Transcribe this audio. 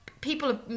people